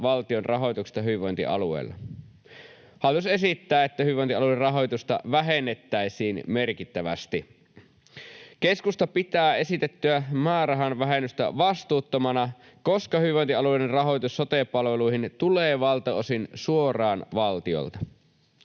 valtion rahoituksesta hyvinvointialueille. Hallitus esittää, että hyvinvointialueiden rahoitusta vähennettäisiin merkittävästi. Keskusta pitää esitettyä määrähän vähennystä vastuuttomana, koska hyvinvointialueiden rahoitus sote-palveluihin tulee valtaosin suoraan valtiolta.